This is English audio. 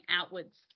outwards